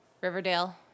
Riverdale